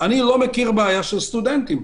אני לא מכיר בעיה של סטודנטים.